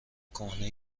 کهنه